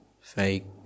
fake